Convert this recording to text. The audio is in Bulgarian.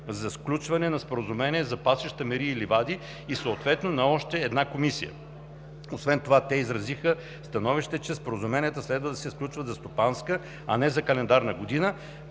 за сключване на споразуменията за пасищата, мерите и ливадите и съответно на още една комисия. Освен това изразиха становището, че споразуменията следва да се сключват за стопанска, а не за календарна година,